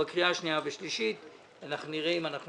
ובקריאה השנייה והשלישית אנחנו נראה אם אנחנו